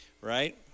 Right